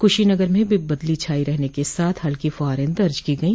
कुशीनगर में भी बदली छायी रहने के साथ हल्की फुहारें दर्ज को गई